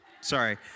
sorry